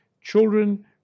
Children